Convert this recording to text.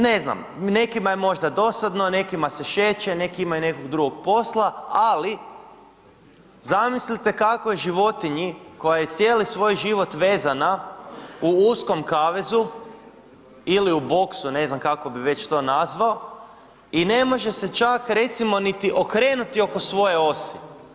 Ne znam, nekima je možda dosadno, nekima se šeće, neki imaju nekog drugog posla, ali zamislite kako je životinji koja je cijeli svoj život vezana u uskom kavezu ili u boksu, ne znam kako bi već to nazvao i ne može se čak, recimo niti okrenuti oko svoje osi.